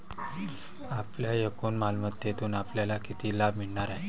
आपल्या एकूण मालमत्तेतून आपल्याला किती लाभ मिळणार आहे?